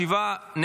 שבעה,